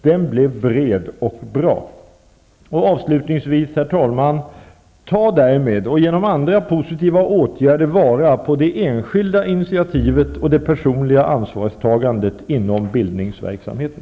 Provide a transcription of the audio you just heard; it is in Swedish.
Den blev bred och bra. Herr talman! Avslutningsvis vill jag uppmana till att genom detta och genom andra positiva åtgärder ta till vara det enskilda initiativet och det personliga ansvarstagandet inom bildningsverksamheten.